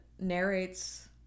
narrates